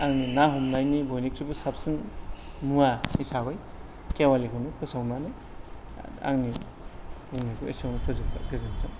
आनि ना हमनायनि बयनिफ्रायबो साबसिन मुवा हिसाबै खेवालिखौनो फोसावनानै आंनि बुंनायखौ एसेयावनो फोजोब्बाय गोजोनथों